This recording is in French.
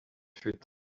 fut